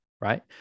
right